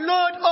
Lord